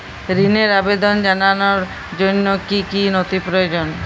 ঋনের আবেদন জানানোর জন্য কী কী নথি প্রয়োজন?